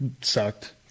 sucked